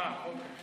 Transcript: אה, אוקיי.